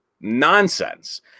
nonsense